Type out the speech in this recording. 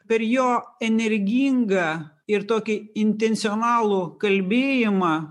per jo energingą ir tokį intencionalų kalbėjimą